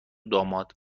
داماد